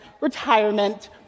retirement